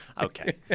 Okay